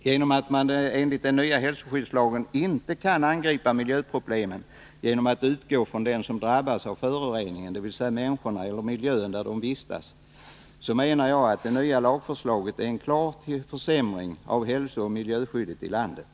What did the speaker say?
I och med att man enligt den nya hälsoskyddslagen inte kan angripa miljöproblemen genom att utgå från dem som drabbas av föroreningen, dvs. människorna eller miljön där de vistas, menar jag att det nya lagförslaget är en klar försämring av hälsooch miljöskyddet i landet.